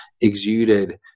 exuded